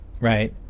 right